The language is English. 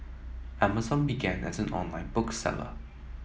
Amazon began as an online book seller